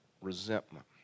resentment